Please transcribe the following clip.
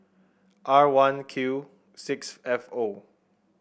R one Q six F O